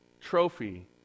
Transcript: trophy